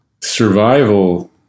survival